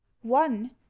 one